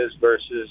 versus